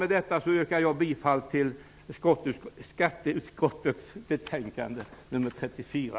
Med detta yrkar jag bifall till hemställan i skatteutskottets betänkande nr 34.